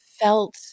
felt